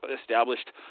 established